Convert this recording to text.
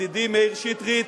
ידידי מאיר שטרית,